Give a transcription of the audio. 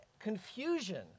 confusion